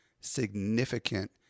significant